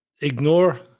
ignore